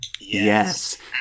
Yes